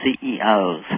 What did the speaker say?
CEOs